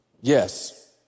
Yes